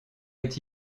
est